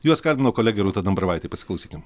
juos kalbino kolegė rūta dambravaitė pasiklausykim